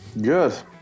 Good